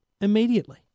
immediately